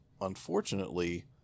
unfortunately